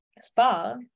spa